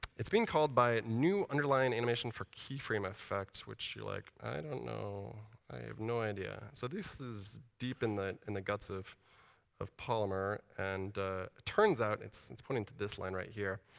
it's being called by a new, underlying animation for key frame effect. which you're like, i don't know. i have no idea. so this is deep in the in the guts of of polymer. and turns out it's it's pointing to this line right here.